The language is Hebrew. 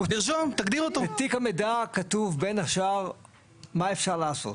בתיק המידע כתוב בין השאר מה אפשר לעשות.